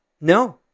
No